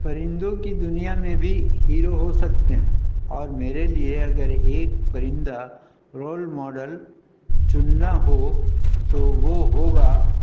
پرندوں کی دنیا میں بھی ہیرو ہو سکتے ہیں اور میرے لیے اگر ایک پرندہ رول ماڈل چننا ہو تو وہ ہوگا